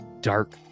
dark